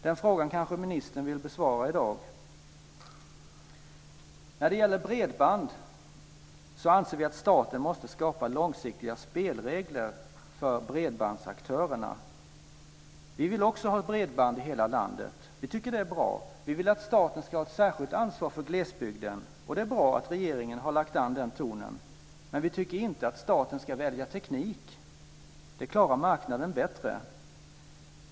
De frågorna kanske ministern vill besvara i dag. Vi anser att staten måste skapa långsiktiga spelregler för bredbandsaktörerna. Vi vill också ha bredband i hela landet. Vi tycker att det är bra. Vi vill att staten ska ha ett särskilt ansvar för glesbygden. Det är bra att regeringen har lagt an den tonen. Men vi tycker inte att staten ska välja teknik. Det klarar marknaden bättre.